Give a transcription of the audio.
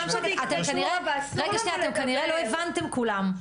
אתם כנראה לא הבנתם כולם,